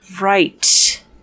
right